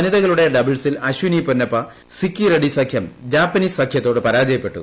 വനികളുടെ ഡബിൾസിൽ അശ്വിനി പൊന്നപ്പ സിക്കിറെഡ്നി സഖ്യം ജാപ്പനീസ് സഖ്യത്തോട് പരാജയപ്പെട്ടു